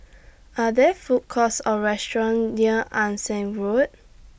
Are There Food Courts Or restaurants near Ann Siang Road